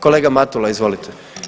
Kolega Matula izvolite.